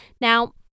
Now